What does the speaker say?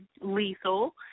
lethal